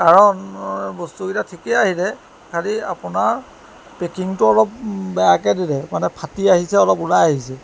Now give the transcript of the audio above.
কাৰণ বস্তুকেইটা ঠিকেই আহিলে খালি আপোনাৰ পেকিংটো অলপ বেয়াকৈ দিলে মানে ফাটি আহিছে অলপ ওলাই আহিছে